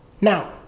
now